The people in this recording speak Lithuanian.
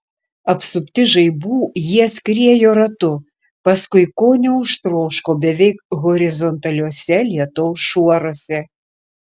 apsupti žaibų jie skriejo ratu paskui ko neužtroško beveik horizontaliuose lietaus šuoruose